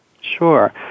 Sure